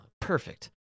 Perfect